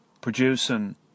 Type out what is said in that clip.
producing